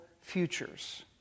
futures